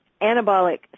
anabolic